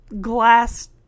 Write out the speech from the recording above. glass